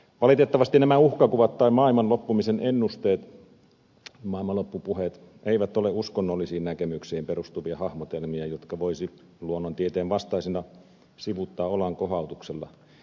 valitettavasti nämä uhkakuvat tai maailman loppumisen ennusteet maailmanloppupuheet eivät ole uskonnollisiin näkemyksiin perustuvia hahmotelmia jotka voisi luonnontieteen vastaisina sivuuttaa olankohautuksella